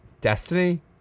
destiny